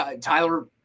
Tyler